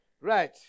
Right